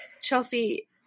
Chelsea